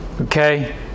Okay